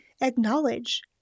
acknowledge